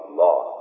law